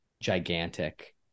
gigantic